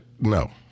No